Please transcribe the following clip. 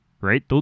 right